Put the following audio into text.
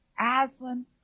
Aslan